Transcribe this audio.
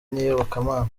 n’iyobokamana